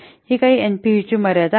ही काही एनपीव्हीची मर्यादा आहे